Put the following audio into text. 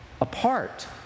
apart